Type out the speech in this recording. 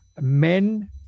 men